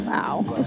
Wow